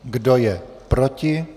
Kdo je proti?